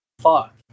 fuck